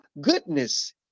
goodness